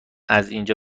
ازاینجا